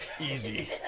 Easy